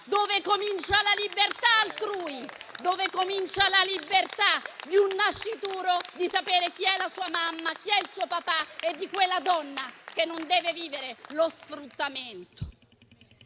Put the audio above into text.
dove comincia la libertà altrui, dove comincia la libertà di un nascituro di sapere chi è la sua mamma, chi è il suo papà e di quella donna che non deve vivere lo sfruttamento.